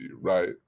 right